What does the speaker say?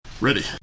Ready